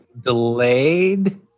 delayed